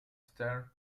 stern